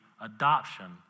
adoption